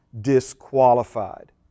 disqualified